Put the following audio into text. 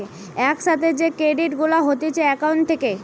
এক সাথে যে ক্রেডিট গুলা হতিছে একাউন্ট থেকে